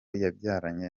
yabyaranye